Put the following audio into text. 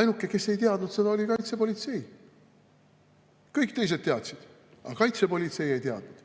Ainuke, kes seda ei teadnud, oli kaitsepolitsei. Kõik teised teadsid, aga kaitsepolitsei ei teadnud.